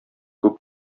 күп